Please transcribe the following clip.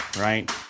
Right